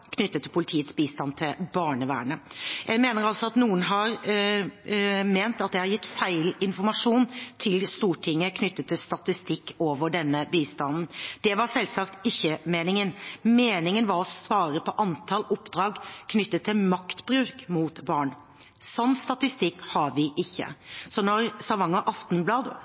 knyttet til politiets bistand til barnevernet. Jeg registrerer at noen har ment at jeg har gitt feil informasjon til Stortinget knyttet til statistikk over denne bistanden. Det var selvsagt ikke meningen. Meningen var å svare på antall oppdrag knyttet til maktbruk mot barn. Sånn statistikk har vi ikke. Når Stavanger Aftenblad